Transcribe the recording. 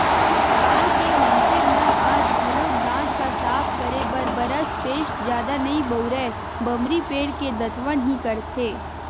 गाँव के मनसे मन आज घलोक दांत ल साफ करे बर बरस पेस्ट जादा नइ बउरय बमरी पेड़ के दतवन ही करथे